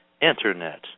Internet